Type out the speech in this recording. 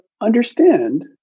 understand